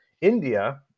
India